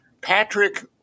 Patrick